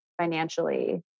financially